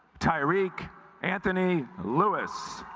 tyreke anthony lewis